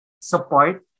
support